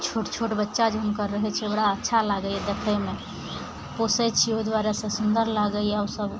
छोट छोट बच्चा जे हुनकर रहय छै बड़ा अच्छा लागइए देखयमे पोसय छी ओइ दुआरेसँ सुन्दर लागइए ओसभ